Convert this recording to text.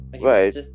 Right